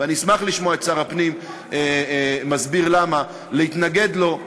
ואני אשמח לשמוע את שר הפנים מסביר למה להתנגד לו,